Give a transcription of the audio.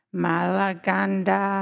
malaganda